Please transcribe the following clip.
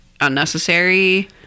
unnecessary